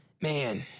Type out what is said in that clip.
man